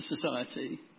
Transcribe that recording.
society